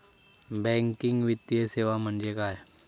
Banking वित्तीय सेवा म्हणजे काय?